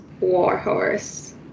Warhorse